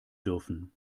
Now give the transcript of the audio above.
dürfen